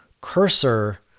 cursor